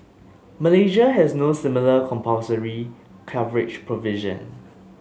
Malaysia has no similar compulsory coverage provision